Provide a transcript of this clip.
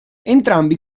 entrambi